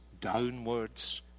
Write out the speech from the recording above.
downwards